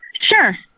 Sure